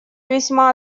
весьма